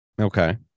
Okay